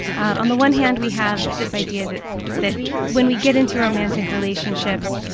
on the one hand, we have this idea that that when we get into romantic relationships,